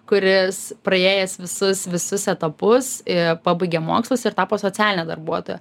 kuris praėjęs visus visus etapus ir pabaigė mokslus ir tapo socialine darbuotoja